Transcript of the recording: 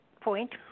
point